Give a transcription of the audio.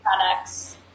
products